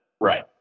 right